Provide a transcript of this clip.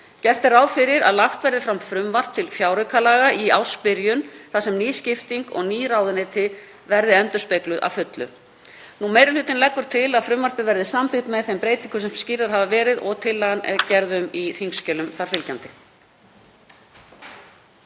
Gert er ráð fyrir að lagt verði fram frumvarp til fjáraukalaga í ársbyrjun þar sem ný skipting og ný ráðuneyti verði endurspegluð að fullu. Meiri hlutinn leggur til að frumvarpið verði samþykkt með þeim breytingum sem skýrðar hafa verið og gerð er tillaga um í þingskjölum þar fylgjandi.